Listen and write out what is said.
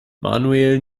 manuel